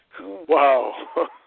Wow